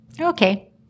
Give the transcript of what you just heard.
Okay